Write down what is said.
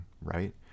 right